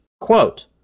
Quote